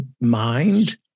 mind